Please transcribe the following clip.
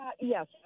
Yes